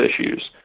issues